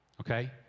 Okay